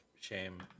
shame